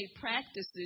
practices